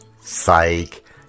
Psych